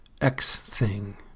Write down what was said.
X-thing